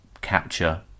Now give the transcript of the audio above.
capture